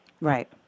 Right